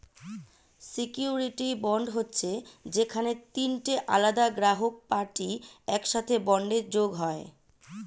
surety bond হচ্ছে যেখানে তিনটে আলাদা গ্রাহক পার্টি একসাথে বন্ডে যোগ হয়